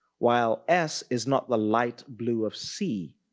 while s is not the light blue of c,